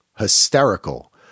hysterical